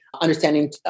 understanding